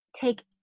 take